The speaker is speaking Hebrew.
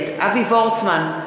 נגד אבי וורצמן,